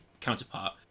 counterpart